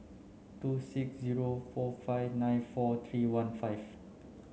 two six zero four five nine four three one five